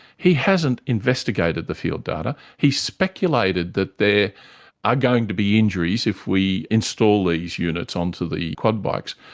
he hasn't investigated the field data. he speculated that there are going to be injuries if we install these units onto the quad bikes,